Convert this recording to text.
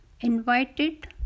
invited